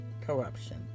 corruption